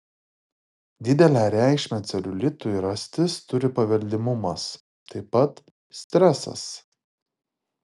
didelę reikšmę celiulitui rastis turi paveldimumas taip pat stresas